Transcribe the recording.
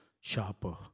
sharper